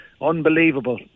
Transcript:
unbelievable